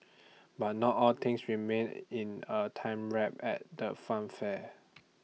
but not all things remain in A time wrap at the funfair